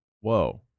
Whoa